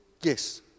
yes